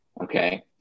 Okay